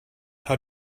how